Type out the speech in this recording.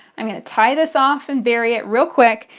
i'm going to tie this off and bury it real quick.